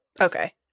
Okay